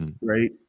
Right